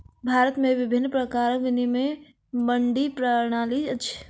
भारत में विभिन्न प्रकारक विनियमित मंडी प्रणाली अछि